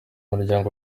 muryango